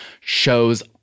shows